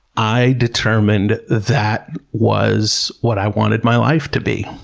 i determined that was what i wanted my life to be.